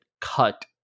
cut